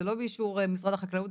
זה לא באישור משרד החקלאות,